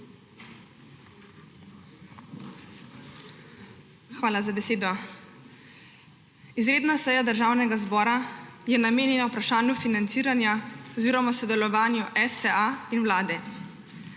Hvala za besedo. Izredna seja Državnega zbora je namenjena vprašanju financiranja oziroma sodelovanja STA in vlade.